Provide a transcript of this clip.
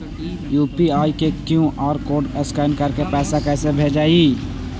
UPI के QR code scan करके पैसा कैसे भेजबइ?